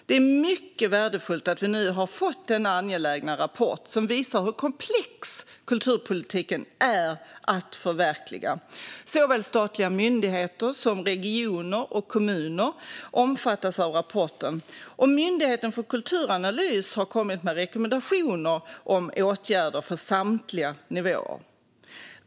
Det är mycket värdefullt att vi nu har fått denna angelägna rapport som visar hur komplex kulturpolitiken är att förverkliga. Såväl statliga myndigheter som regioner och kommuner omfattas av rapporten, och Myndigheten för kulturanalys har kommit med rekommendationer om åtgärder för samtliga nivåer.